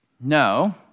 No